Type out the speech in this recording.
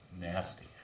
nasty